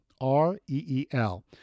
R-E-E-L